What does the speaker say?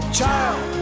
Child